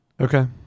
Okay